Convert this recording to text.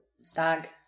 stag